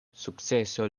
sukceso